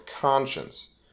conscience